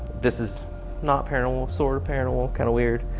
this is not paranormal sort of, paranormal kind of weird,